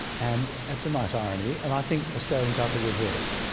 and it's a nice irony, and i think australians are the reverse.